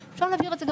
אפשר להבהיר את זה גם